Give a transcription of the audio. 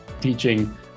teaching